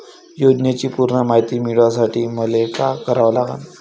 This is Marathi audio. योजनेची पूर्ण मायती मिळवासाठी मले का करावं लागन?